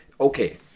Okay